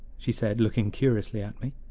she said, looking curiously at me.